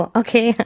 okay